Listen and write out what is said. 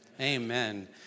Amen